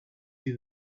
see